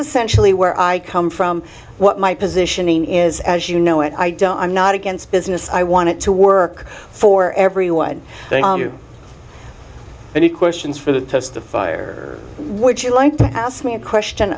essentially where i come from what my positioning is as you know and i don't i'm not against business i want it to work for everyone but he questions for the fire would you like to ask me a question